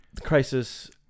Crisis